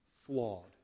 flawed